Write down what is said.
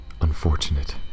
unfortunate